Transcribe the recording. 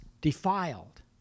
defiled